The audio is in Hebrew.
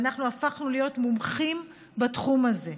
ואנחנו הפכנו להיות מומחים בתחום הזה,